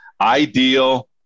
ideal